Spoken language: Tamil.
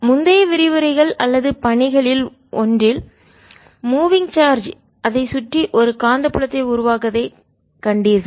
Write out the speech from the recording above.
முந்தைய விரிவுரைகள் அல்லது பணிகளில் ஒன்றில் மூவிங் சார்ஜ் அதைச் சுற்றி ஒரு காந்தப்புலத்தை உருவாக்குவதை கண்டீர்கள்